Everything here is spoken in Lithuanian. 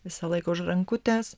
visą laiką už rankutės